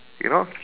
you know